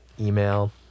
email